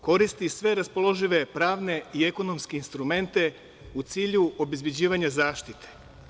Koristi sve raspoložive pravne i ekonomske instrumente u cilju obezbeđivanja zaštite.